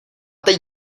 teď